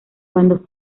cuando